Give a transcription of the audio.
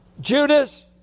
Judas